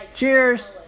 Cheers